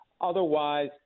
Otherwise